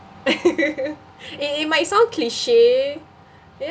it it might sound cliche